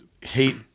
hate